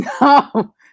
No